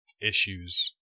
issues